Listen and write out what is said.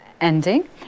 ending